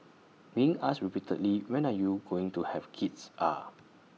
being asked repeatedly when are you going to have kids ah